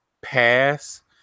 pass